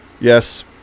yes